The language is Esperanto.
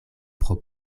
pro